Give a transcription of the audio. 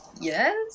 Yes